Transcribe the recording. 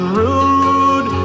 rude